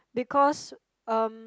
because um